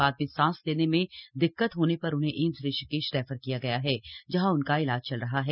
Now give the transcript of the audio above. बाद में सांस लेने में दिक्कत होने पर उन्हें एम्स ऋषिकेश रेफर किया गया है जहां उनका इलाज चल रहा है